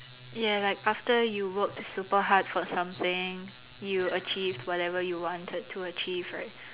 ya like after you worked super hard for something you achieved whatever you wanted to achieve right